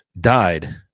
died